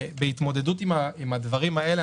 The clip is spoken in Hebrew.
בהתמודדות עם הדברים האלה,